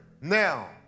now